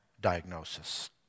diagnosis